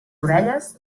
orelles